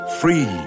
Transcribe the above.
Free